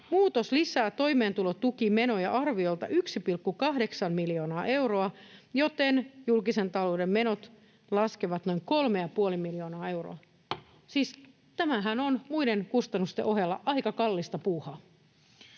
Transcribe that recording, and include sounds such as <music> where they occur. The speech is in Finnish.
Muutos lisää toimeentulotukimenoja arviolta 1,8 miljoonaa euroa, joten julkisen talouden menot laskevat noin 3,5 miljoonaa euroa.” <noise> Siis tämähän on muiden kustannusten ohella aika kallista puuhaa.